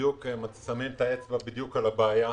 ששמים את האצבע בדיוק על הבעיה.